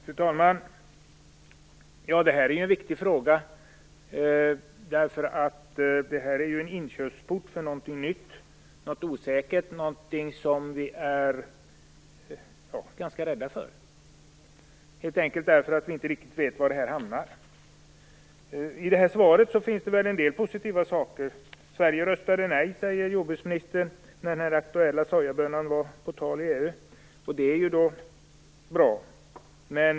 Fru talman! Det här är en viktig fråga. Det är inkörsporten till någonting nytt, någonting osäkert, någonting som vi är ganska rädda för, helt enkelt därför att vi inte vet var det hamnar. I svaret finns en del positiva saker. Sverige röstade nej när den aktuella sojabönan var på tal i EU, säger jordbruksministern, och det är bra.